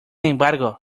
embargo